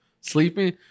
sleeping